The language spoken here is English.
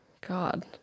God